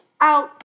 out